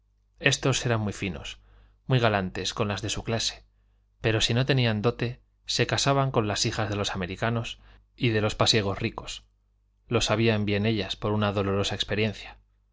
estos eran muy finos muy galantes con las de su clase pero si no tenían dote se casaban con las hijas de los americanos y de los pasiegos ricos lo sabían ellas por una dolorosa experiencia